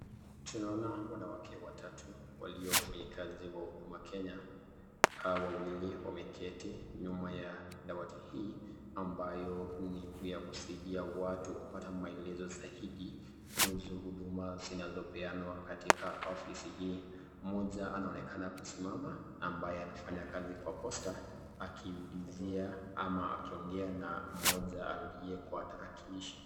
Tunaona wanawake watatu walio wafanyikazi wa Huduma Kenya, hawa wawili wameketi nyuma ya dawati hii ambayo ni ya kusaidia watu kupata maelezo zaidi kuhusu huduma zinazopeanwa katika ofisi hii mmoja anaonekana kusimama ambaye anafanya kazi kwa Posta akiulizia ama akiongea na mmoja aliye kwa tarakilishi.